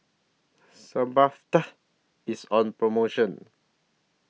Sebamed IS on promotion